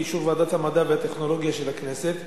באישור ועדת המדע והטכנולוגיה של הכנסת,